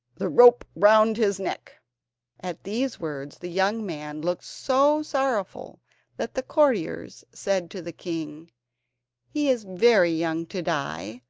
the rope round his neck at these words the young man looked so sorrowful that the courtiers said to the king he is very young to die.